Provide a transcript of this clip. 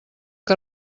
que